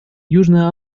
южная